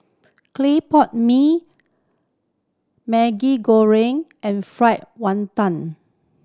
clay pot mee Maggi Goreng and fried wanton